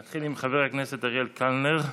נתחיל עם חבר הכנסת אריאל קלנר.